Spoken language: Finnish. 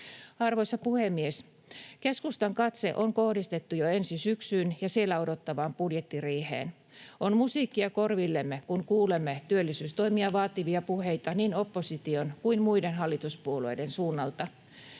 Arvoisa puhemies! Keskustan katse on kohdistettu jo ensi syksyyn ja siellä odottavaan budjettiriiheen. On musiikkia korvillemme, kun kuulemme työllisyystoimia vaativia puheita niin opposition kuin muiden hallituspuolueiden suunnalta.